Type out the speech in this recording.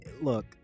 look